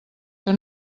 que